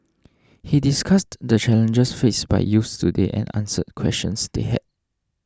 he discussed the challenges faced by youths today and answered questions they had